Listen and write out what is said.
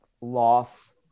loss